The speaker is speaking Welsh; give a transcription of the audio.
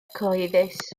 cyhoeddus